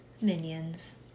minions